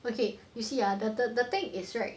okay you see uh the the thing is right